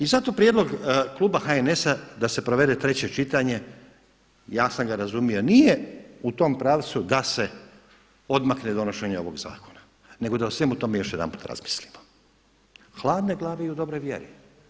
I zato prijedlog kluba HNS-a da se provede treće čitanje, ja sam ga razumio, nije u tom pravcu da se odmakne donošenje ovog zakona nego da o svemu tome još jedanput razmislimo, hladne glave i u dobroj vjeri.